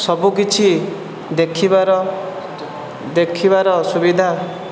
ସବୁକିଛି ଦେଖିବାର ଦେଖିବାର ସୁବିଧା